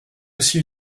aussi